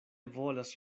volas